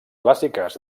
clàssiques